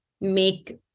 make